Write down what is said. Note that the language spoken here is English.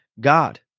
God